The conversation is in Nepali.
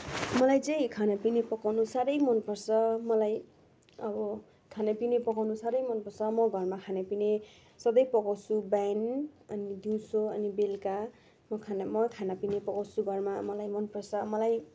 मलाई चाहिँ खानापिना पकाउनु साह्रै मन पर्छ मलाई अब खानापिना पकाउनु साह्रै मन पर्छ म घरमा खानापिना सधैँ पकाउँछु बिहान अनि दिउँसो अनि बेलुका म खाना म खानापिना पकाउँछु घरमा मलाई मन पर्छ मलाई